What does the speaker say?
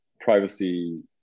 privacy